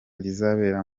rizabera